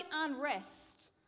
unrest